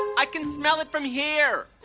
i can smell it from here.